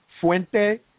Fuente